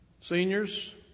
Seniors